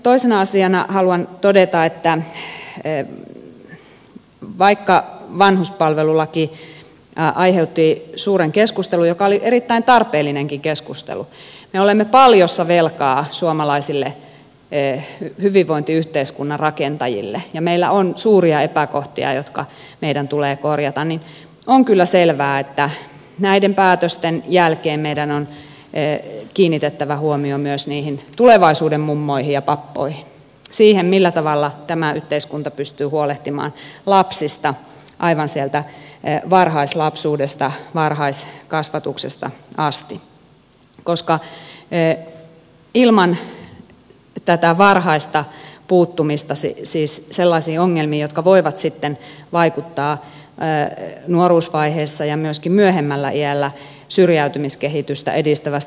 toisena asiana haluan todeta että vaikka vanhuspalvelulaki aiheutti suuren keskustelun joka oli erittäin tarpeellinenkin keskustelu me olemme paljossa velkaa suomalaisille hyvinvointiyhteiskunnan rakentajille ja meillä on suuria epäkohtia jotka meidän tulee korjata on kyllä selvää että näiden päätösten jälkeen meidän on kiinnitettävä huomio myös niihin tulevaisuuden mummoihin ja pappoihin siihen millä tavalla tämä yhteiskunta pystyy huolehtimaan lapsista aivan sieltä varhaislapsuudesta varhaiskasvatuksesta asti koska ilman tätä varhaista puuttumista ongelmat voivat sitten vaikuttaa nuoruusvaiheessa ja myöskin myöhemmällä iällä syrjäytymiskehitystä edistävästi